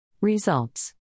Results